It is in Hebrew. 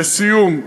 לסיום,